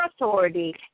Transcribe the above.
authority